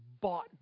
bought